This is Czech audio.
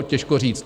Těžko říct.